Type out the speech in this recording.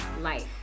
Life